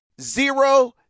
Zero